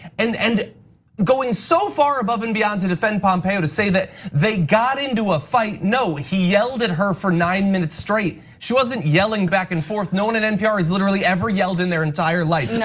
and and going so far above and beyond to defend pompeo to say that they got into a fight. no, he yelled at her for nine minutes straight. she wasn't yelling back and forth. no one at npr has literally ever yelled in their entire life. no.